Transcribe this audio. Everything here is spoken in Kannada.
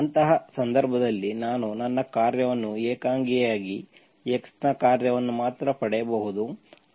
ಅಂತಹ ಸಂದರ್ಭದಲ್ಲಿ ನಾನು ನನ್ನ ಕಾರ್ಯವನ್ನು ಏಕಾಂಗಿಯಾಗಿ x ನ ಕಾರ್ಯವನ್ನು ಮಾತ್ರ ಪಡೆಯಬಹುದು